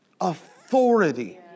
Authority